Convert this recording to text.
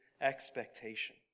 expectation